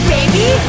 Baby